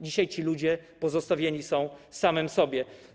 Dzisiaj ci ludzie pozostawieni są samym sobie.